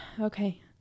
Okay